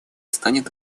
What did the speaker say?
станет